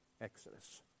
exodus